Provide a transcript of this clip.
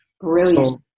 Brilliant